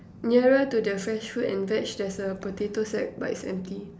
nearer to the fresh fruit and veg there's a potato sack but it's empty